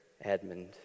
Edmund